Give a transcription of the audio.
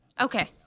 Okay